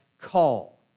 call